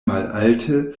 malalte